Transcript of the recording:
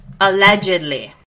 Allegedly